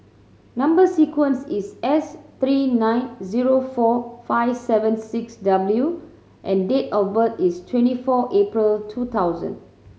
number sequence is S three nine zero four five seven six W and date of birth is twenty four April two thousand